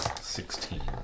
Sixteen